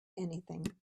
anything